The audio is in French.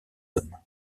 hommes